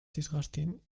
disgusting